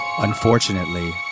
Unfortunately